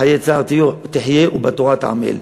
חיי צער תחיה ובתורה אתה עמל.